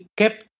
kept